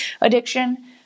addiction